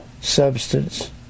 substance